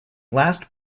last